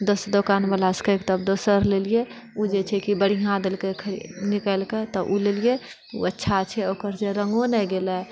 दोसर दोकानबलासँ कहिके तब दोसर लेलियै ओ जे छै कि बढिआँ देलकय निकालिके तऽ ओ लेलियै ओ अच्छा छै ओकर जे रङ्गो नहि गेलय